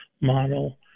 model